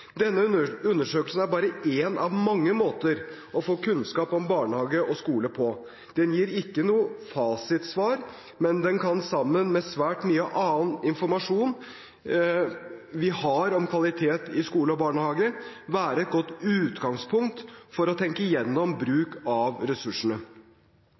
Denne undersøkelsen er bare én av mange måter å få kunnskap om barnehage og skole på. Den gir ikke noe fasitsvar, men den kan, sammen med svært mye annen informasjon vi har om kvalitet i skole og barnehage, være et godt utgangspunkt for å tenke igjennom